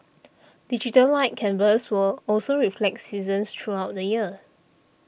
Digital Light Canvas will also reflect seasons throughout the year